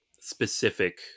specific